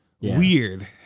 weird